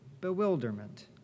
bewilderment